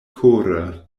kore